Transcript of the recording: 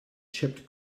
chopped